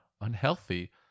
unhealthy